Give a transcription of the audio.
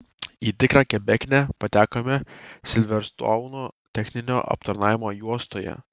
į tikrą kebeknę patekome silverstouno techninio aptarnavimo juostoje